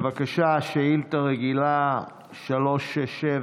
בבקשה, שאילתה רגילה 367,